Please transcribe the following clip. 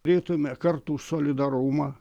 turėtume kartų solidarumą